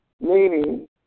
meaning